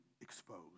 exposed